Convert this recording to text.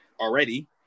already